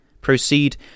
proceed